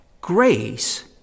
Grace